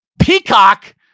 Peacock